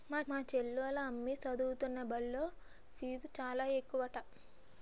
మా చెల్లోల అమ్మి సదువుతున్న బల్లో ఫీజు చాలా ఎక్కువట